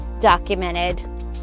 documented